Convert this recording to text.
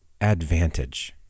advantage